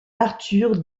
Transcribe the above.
arthur